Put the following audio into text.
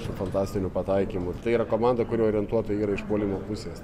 su fantastiniu pataikymu tai yra komanda kuri orientuota yra iš puolimo pusės